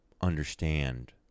understand